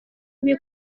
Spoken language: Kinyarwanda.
mibi